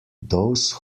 those